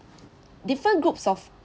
different groups of